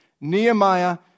Nehemiah